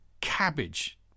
cabbage